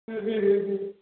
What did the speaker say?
হুম হুম হুম হুম